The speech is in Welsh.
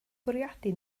bwriadu